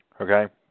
Okay